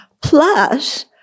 Plus